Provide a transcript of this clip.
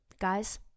guys